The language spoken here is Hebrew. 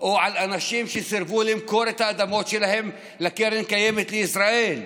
או על אנשים שסירבו למכור את האדמות שלהם לקרן קיימת לישראל.